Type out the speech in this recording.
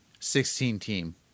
16-team